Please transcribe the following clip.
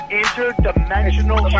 interdimensional